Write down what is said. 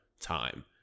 time